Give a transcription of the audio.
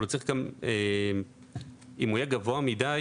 הוא צריך להיות לא נמוך מדי